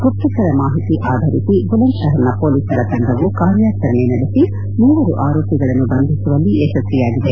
ಗುಪ್ತಚರ ಮಾಹಿತಿ ಆಧರಿಸಿ ಬುಲಂದ್ಶಹರ್ನ ಪೊಲೀಸರ ತಂಡವು ಕಾರ್ಯಾಚರಣೆ ನಡೆಸಿ ಮೂವರು ಆರೋಪಿಗಳನ್ನು ಬಂಧಿಸುವಲ್ಲಿ ಯಶಸ್ವಿಯಾಗಿದೆ